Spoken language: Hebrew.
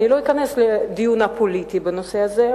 אני לא אכנס לדיון הפוליטי בנושא הזה,